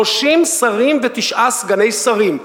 30 שרים ותשעה סגני שרים.